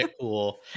cool